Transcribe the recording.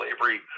slavery